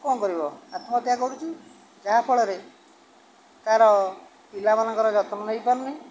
କ'ଣ କରିବ ଆତ୍ମହତ୍ୟା କରୁଛି ଯାହାଫଳରେ ତା'ର ପିଲାମାନଙ୍କର ଯତ୍ନ ନେଇପାରୁ ନି